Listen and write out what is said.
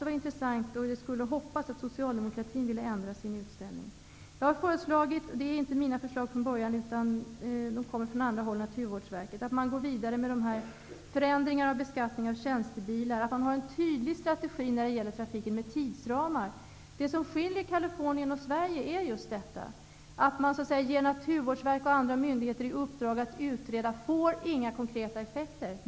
Jag hoppas att Socialdemokraterna vill ändra sin inställning. Jag har föreslagit att man går vidare med förändringar av beskattning av tjänstebilar och att man har en tydlig strategi med tidsramar när det gäller trafiken. Det är inte mina förslag från början, utan de kommer från andra håll, bl.a. Det som skiljer Californien och Sverige är just att man i Sverige ger Naturvårdsverket och andra i uppdrag att utreda, men att det inte får några konkreta effekter.